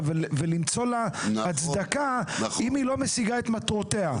למצוא לה הצדקה אם היא לא משיגה את מטרותיה.